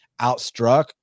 outstruck